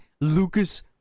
Lucas